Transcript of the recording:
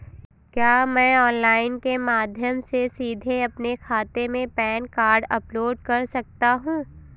क्या मैं ऑनलाइन के माध्यम से सीधे अपने खाते में पैन कार्ड अपलोड कर सकता हूँ?